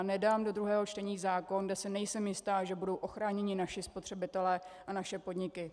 Nedám do druhého čtení zákon, kde si nejsem jistá, že budou ochráněni naši spotřebitelé a naše podniky.